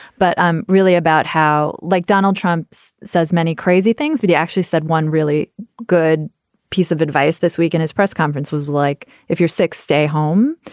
but um really about how, like donald trump's says many crazy things. we but yeah actually said one really good piece of advice this week in his press conference was like, if you're sick, stay home.